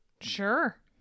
sure